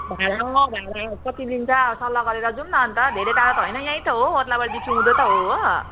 भाडा अँ भाडा कति लिन्छ अब सल्लाह गरेर जाउँ न अन्त धेरै टाढो त होइन यहीँ त हो ओद्लाबाकीदेखि उँधो त हो